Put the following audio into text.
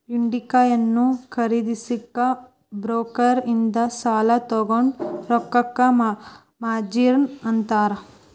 ಹೂಡಿಕೆಯನ್ನ ಖರೇದಿಸಕ ಬ್ರೋಕರ್ ಇಂದ ಸಾಲಾ ತೊಗೊಂಡ್ ರೊಕ್ಕಕ್ಕ ಮಾರ್ಜಿನ್ ಅಂತಾರ